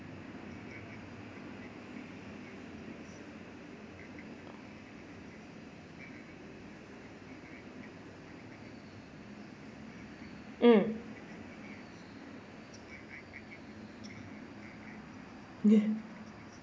mm eh